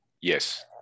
Yes